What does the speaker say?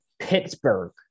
pittsburgh